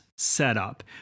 setup